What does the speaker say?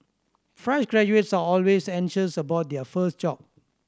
fresh graduates are always anxious about their first job